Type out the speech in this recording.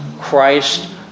Christ